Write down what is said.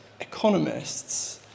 economists